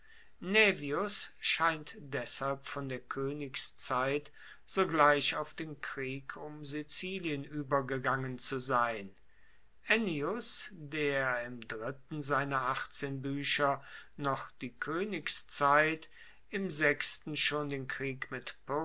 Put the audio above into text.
naevius scheint deshalb von der koenigszeit sogleich auf den krieg um sizilien uebergegangen zu sein ennius der im dritten seiner achtzehn buecher noch die koenigszeit im sechsten schon den krieg mit